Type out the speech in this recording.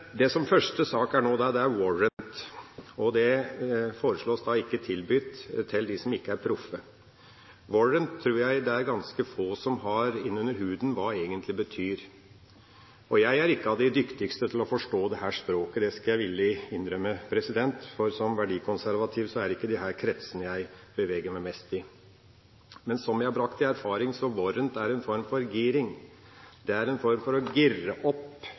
Det som er første sak nå, er warrants, og det foreslås ikke tilbudt til dem som ikke er proffe. Jeg tror det er ganske få som har innunder huden hva warrants egentlig betyr. Jeg er ikke av de dyktigste til å forstå dette språket, det skal jeg villig innrømme, for som verdikonservativ er det ikke disse kretsene jeg beveger meg mest i. Men som jeg har brakt i erfaring, er warrants en form for «gearing». Det er en form for å «geare» opp